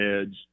edge